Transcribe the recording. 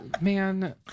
man